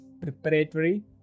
preparatory